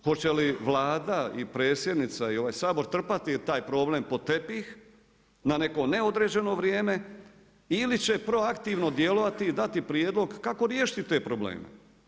Hoće li Vlada i predsjednica i ovaj Sabor trpati taj problem pod tepih na neko neodređeno vrijeme ili će proaktivno djelovati i dati prijedlog kako riješiti te probleme.